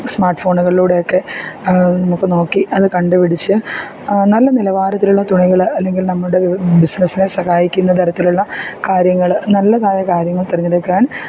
smart ഫോണുകളൂടെയൊക്കെ അത് നമുക്ക് നോക്കി അത് കണ്ടുപിടിച്ച് നല്ല നിലവാരത്തിലുള്ള തുണികള് അല്ലെങ്കിൽ നമ്മുടെ ബിസിനസിനെ സഹായിക്കുന്ന തരത്തിലുള്ള കാര്യങ്ങള് നല്ലതായ കാര്യങ്ങൾ തെരഞ്ഞെടുക്കാൻ